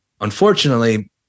unfortunately